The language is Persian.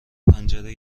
پنجره